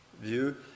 view